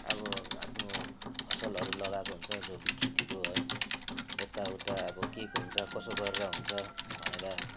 अब आफ्नो फसलहरू लगाएको हुन्छ जैविक खेतीको है यताउता अब के हुन्छ कसो गरेर हुन्छ भनेर